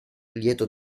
lieto